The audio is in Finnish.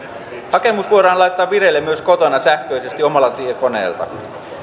hakemus voidaan laittaa vireille myös kotona sähköisesti omalta tietokoneelta